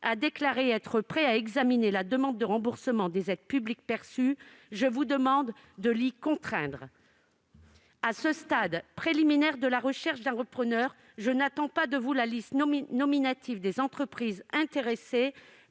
a déclaré être prêt à examiner la demande de remboursement des aides publiques perçues. Je vous demande de l'y contraindre. À ce stade préliminaire de la recherche d'un repreneur, je n'attends pas de vous la liste nominative des entreprises intéressées.